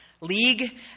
League